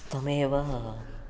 तमेव